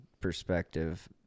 perspective